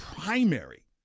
Primary